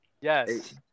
Yes